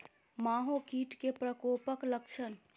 माहो कीट केँ प्रकोपक लक्षण?